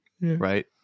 Right